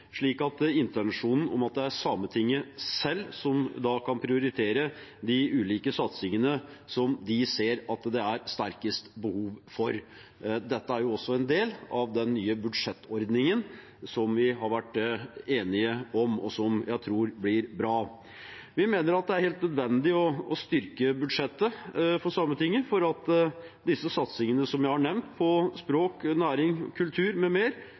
slik at intensjonen er at det er Sametinget selv som kan prioritere de ulike satsingene som de ser at det er sterkest behov for. Dette er også en del av den nye budsjettordningen som vi har vært enige om, og som jeg tror blir bra. Vi mener at det er helt nødvendig å styrke budsjettet for Sametinget for at disse satsingene som jeg har nevnt, på språk, næring, kultur